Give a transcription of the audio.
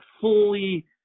fully